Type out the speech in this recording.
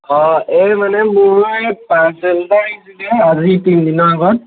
অঁ এই মানে মোৰ মানে পাৰ্চেল এটা আহিছিলে আজি তিনিদিনৰ আগত